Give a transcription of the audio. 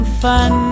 fun